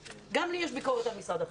גם לי יש ביקורת על משרד החינוך.